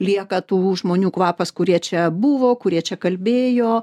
lieka tų žmonių kvapas kurie čia buvo kurie čia kalbėjo